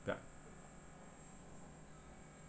ya